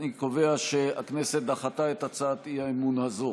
אני קובע שהכנסת דחתה את הצעת האי-אמון הזאת.